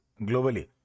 globally